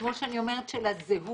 כמו שאני אומרת של הזהות,